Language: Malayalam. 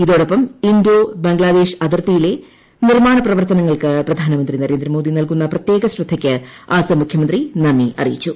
ഇതോടൊപ്പം ഇൻഡോ ബംഗ്ളാദേശ് അതിർത്തിയിലെ നിർമ്മാണ പ്രവർത്തനങ്ങൾക്ക് പ്രധാനമന്ത്രി നരേന്ദ്രമോദി നൽക്കുന്ന പ്രത്യേക ശ്രദ്ധയ്ക്ക് അസംമുഖ്യമന്ത്രി നന്ദി അറിയിച്ചു